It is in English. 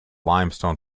limestone